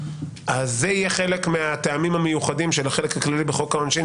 זה יהיה חלק מהטעמים המיוחדים של החלק הכללי בחוק העונשין,